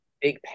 big